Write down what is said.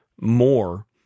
more